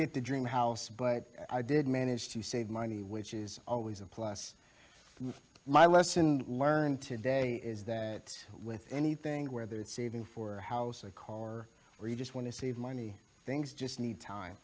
get the dream house but i did manage to save money which is always a plus my lesson learned today is that with anything whether it's saving for a house a car or you just want to save money things just need time